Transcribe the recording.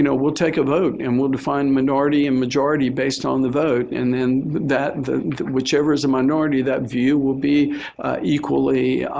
we'll take a vote and we'll define minority and majority based on the vote, and then that whichever is the minority, that view will be equally